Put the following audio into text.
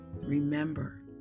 remember